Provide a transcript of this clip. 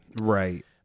Right